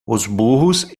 burros